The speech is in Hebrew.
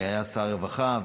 שהיה שר הרווחה,